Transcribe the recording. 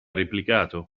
replicato